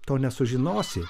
to nesužinosi